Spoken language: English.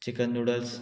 chicken noodles